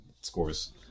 scores